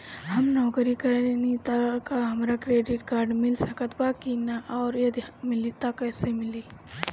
हम नौकरी करेनी त का हमरा क्रेडिट कार्ड मिल सकत बा की न और यदि मिली त कैसे मिली?